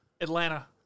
Atlanta